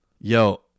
Yo